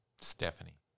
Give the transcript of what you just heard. Stephanie